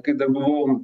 kai dar buvau